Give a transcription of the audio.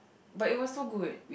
but it was so good